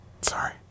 Sorry